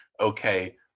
okay